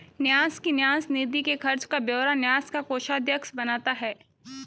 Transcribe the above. न्यास की न्यास निधि के खर्च का ब्यौरा न्यास का कोषाध्यक्ष बनाता है